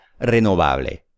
renovable